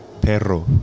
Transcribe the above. Perro